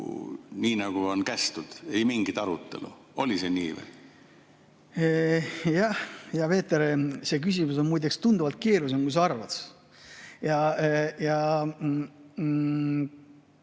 nii, nagu on kästud? Ei mingit arutelu. Oli see nii? Jaa, hea Peeter, see küsimus on muideks tunduvalt keerulisem, kui sa arvad.